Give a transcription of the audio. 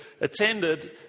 attended